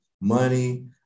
money